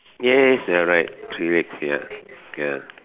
yes you are right three legs ya ya